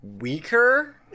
weaker